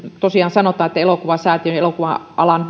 tosiaan sanotaan että se olisi elokuvasäätiön ja elokuva alan